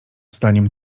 zdaniem